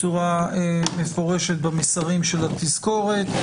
צורה מפורשת במסרים של התזכורת,